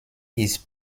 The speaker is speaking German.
ist